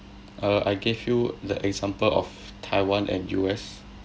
uh I give you the example of taiwan and U_S